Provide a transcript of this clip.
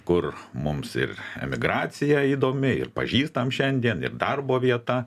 kur mums ir emigracija įdomi ir pažįstam šiandien ir darbo vieta